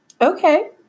Okay